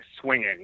swinging